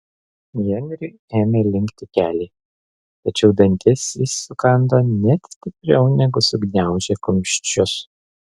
henriui ėmė linkti keliai tačiau dantis jis sukando net stipriau negu sugniaužė kumščius